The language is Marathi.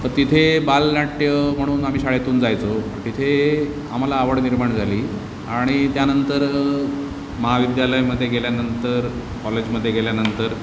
तर तिथे बालनाट्य म्हणून आम्ही शाळेतून जायचो तिथे आम्हाला आवड निर्माण झाली आणि त्यानंतर महाविद्यालयामध्ये गेल्यानंतर कॉलेजमध्ये गेल्यानंतर